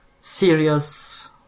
serious